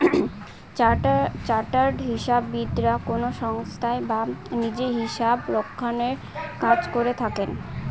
chartered হিসাববিদরা কোনো সংস্থায় বা নিজে হিসাবরক্ষনের কাজ করে থাকেন